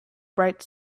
bright